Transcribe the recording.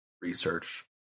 research